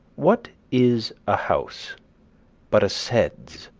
what is a house but a sedes,